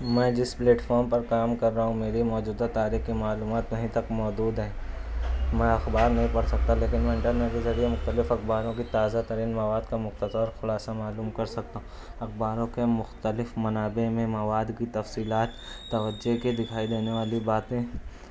میں جس پلیٹفارم پہ کام کر رہا ہوں میری موجودہ تاریخ کی معلومات یہیں تک محدود ہے میں اخبار نہیں پڑھ سکتا لیکن میں انٹرنیٹ کے ذریعہ مختلف اخباروں کی تازہ ترین مواد کا مختصر خلاصہ معلوم کر سکتا ہوں اخباروں کے مختلف منابع میں مواد کی تفصیلات توجہ کے دکھائی دینے والی باتیں